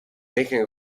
making